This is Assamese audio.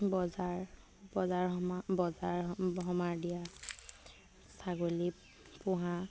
বজাৰ বজাৰ বজাৰ সমাৰ দিয়া ছাগলী পোহা